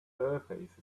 surface